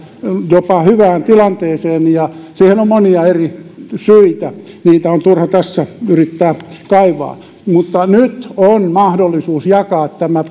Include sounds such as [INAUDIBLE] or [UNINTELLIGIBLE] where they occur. jopa hyvään tilanteeseen siihen on monia eri syitä niitä on turha tässä yrittää kaivaa mutta nyt on mahdollisuus jakaa tämä [UNINTELLIGIBLE]